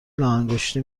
لاانگشتی